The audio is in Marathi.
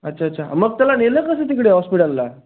अच्छा अच्छा मग त्याला नेलं कसं तिकडे हॉस्पिटलला